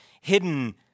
hidden